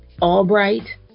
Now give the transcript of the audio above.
Albright